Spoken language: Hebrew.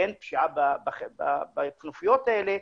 לכנופיות האלה,